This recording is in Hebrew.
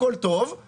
אלא מה?